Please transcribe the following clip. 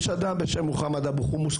יש אדם בשם מוחמד אבו חומוס,